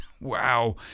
Wow